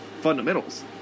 Fundamentals